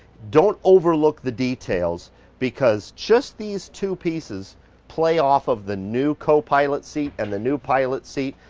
don't overlook the details because just these two pieces play off of the new copilot seat and the new pilot seat.